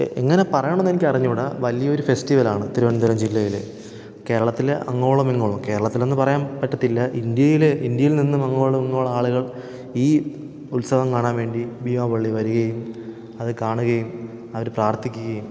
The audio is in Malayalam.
എ എങ്ങന പറയണമെന്നെനിക്കറിഞ്ഞൂ കൂടാ വലിയൊരു ഫെസ്റ്റിവലാണ് തിരുവനന്തപുരം ജില്ലയിലെ കേരളത്തിലെ അങ്ങോളം ഇങ്ങോളം കേരളത്തിലെന്നു പറയാൻ പറ്റത്തില്ല ഇന്ത്യയിലെ ഇന്ത്യയിൽ നിന്നും അങ്ങോളമിങ്ങോളം ആളുകൾ ഈ ഉത്സവം കാണാൻ വേണ്ടി ഭീമാപള്ളി വരികയും അതു കാണുകയും അവർ പ്രാർത്ഥിക്കുകയും